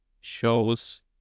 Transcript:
shows